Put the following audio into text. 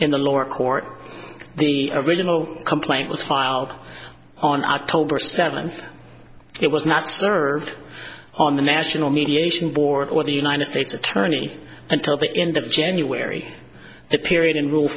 in the lower court the original complaint was filed on october seventh it was not served on the national mediation board or the united states attorney until the end of january that period and r